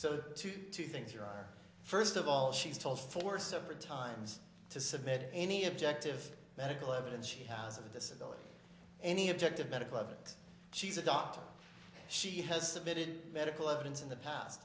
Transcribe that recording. so two two things here are first of all she's told four separate times to submit any objective medical evidence she has a disability any objective medical evidence she's a doctor she has submitted medical evidence in the past